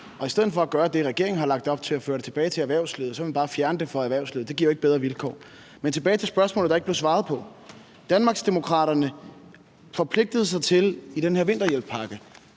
I stedet for at gøre det, som regeringen har lagt op til, nemlig at føre det tilbage til erhvervslivet, så vil man bare fjerne det fra erhvervslivet. Det giver jo ikke bedre vilkår. Men tilbage til spørgsmålet, der ikke blev svaret på: Danmarksdemokraterne forpligtede sig i den her vinterhjælppakke